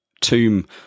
Tomb